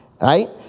right